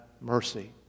mercy